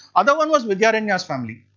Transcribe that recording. other one was vidyaranya's family.